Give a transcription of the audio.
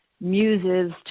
muses